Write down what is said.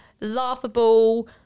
laughable